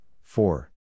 four